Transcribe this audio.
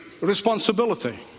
responsibility